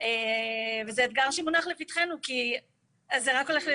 זאת הבעיה שלנו.